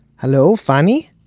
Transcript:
hello, fanny?